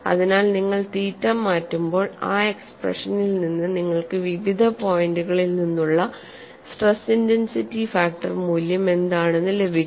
അതിനാൽ നിങ്ങൾ തീറ്റ മാറ്റുമ്പോൾ ആ എക്സ്പ്രഷനിൽ നിന്ന് നിങ്ങൾക്ക് വിവിധ പോയിന്റുകളിൽ നിന്നുള്ള സ്ട്രെസ് ഇന്റെൻസിറ്റി ഫാക്ടർ മൂല്യം എന്താണെന്ന് ലഭിക്കും